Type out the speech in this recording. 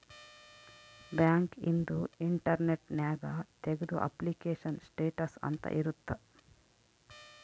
bank ಇಂದು internet ನ್ಯಾಗ ತೆಗ್ದು ಅಪ್ಲಿಕೇಶನ್ ಸ್ಟೇಟಸ್ ಅಂತ ಇರುತ್ತ